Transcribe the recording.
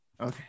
Okay